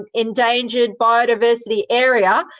um endangered biodiversity area,